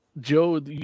Joe